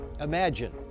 Imagine